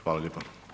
Hvala lijepa.